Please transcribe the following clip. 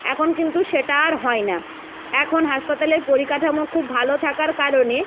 এখন কিন্তু সেটা আর হয় না এখন হাসপাতালের পরিকাঠামো খুব ভালো থাকার কারণে